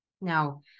Now